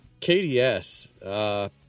KDS